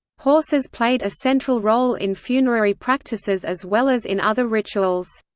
horses played a central role in funerary practices as well as in other rituals.